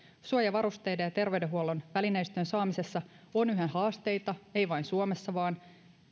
suojavarusteiden ja terveydenhuollon välineistön saamisessa on yhä haasteita ei vain suomessa vaan